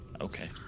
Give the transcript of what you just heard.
Okay